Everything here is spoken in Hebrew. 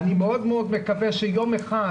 שאני מאוד מקווה שיום אחד,